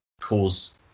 cause